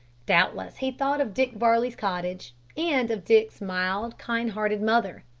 doubtless he thought of dick varley's cottage, and of dick's mild, kind-hearted mother.